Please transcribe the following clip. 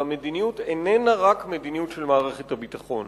והמדיניות איננה רק מדיניות של מערכת הביטחון.